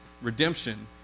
Redemption